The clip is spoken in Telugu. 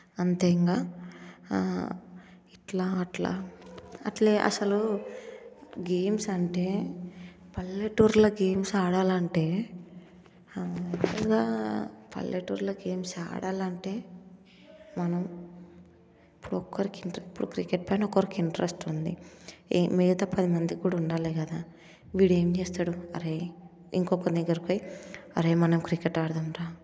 అంతే ఇక ఇట్లా అట్ల అట్లే అసలు గేమ్స్ అంటే పల్లెటూరులో గేమ్స్ ఆడాలంటే ఇంకా పల్లెటూరులో గేమ్స్ ఆడాలంటే మనం ఒక్కొక్కరికి ఒక ఇంట్రెస్ట్ ఇప్పుడు క్రికెట్ పైన ఒకరికి ఇంట్రెస్ట్ ఉంది మిగతా పదిమందికి కూడా ఉండాలి కదా వీడు ఏం చేస్తాడు అరే ఇంకొకరి దగ్గరకు పోయి అరే మనం క్రికెట్ ఆడదాం రా